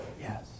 Yes